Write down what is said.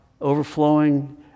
overflowing